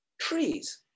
trees